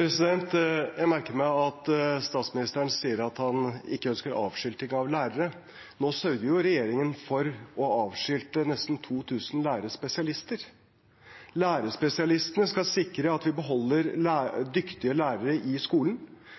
Jeg merket meg at statsministeren sier at han ikke ønsker avskilting av lærere. Nå sørger regjeringen for å avskilte nesten 2 000 lærerspesialister. Lærerspesialistene skal sikre at vi beholder dyktige lærere i skolen.